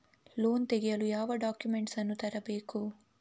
Loan ತೆಗೆಯಲು ಯಾವ documents ಅನ್ನು ತರಬೇಕು?